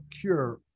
cure